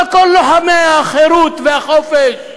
אבל כל לוחמי החירות והחופש,